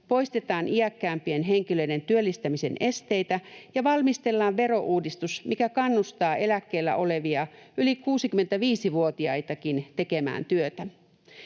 poistetaan iäkkäämpien henkilöiden työllistämisen esteitä ja valmistellaan verouudistus, mikä kannustaa eläkkeellä olevia, yli 65-vuotiaitakin tekemään työtä.